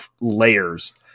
layers